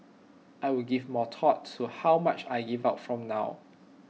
I will give more thought to how much I give out from now